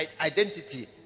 identity